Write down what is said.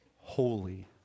holy